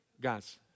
Guys